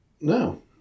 No